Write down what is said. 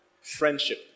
friendship